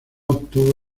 obtuvo